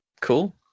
Cool